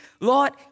Lord